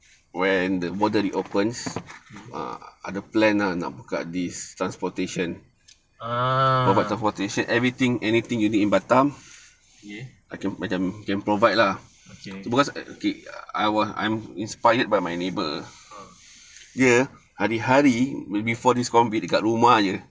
okay